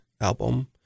album